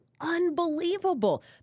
unbelievable